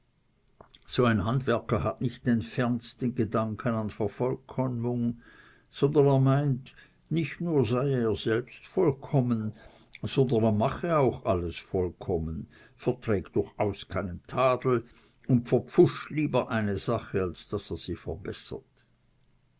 so ein handwerker hat nicht den fernsten gedanken an vervollkommnung sondern er meint nicht nur sei er selbst vollkommen sondern er mache auch alles vollkommen verträgt durchaus keinen tadel und verpfuscht lieber eine sache als daß er sie